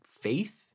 faith